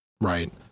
Right